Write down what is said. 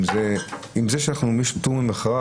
האם זה שאנחנו אומרים יש פטור ממכרז,